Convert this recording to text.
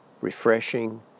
refreshing